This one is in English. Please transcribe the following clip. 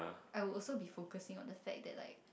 I would also be focusing on the fact that like